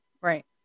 Right